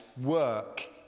work